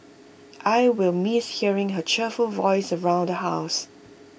I will miss hearing her cheerful voice around the house